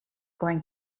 going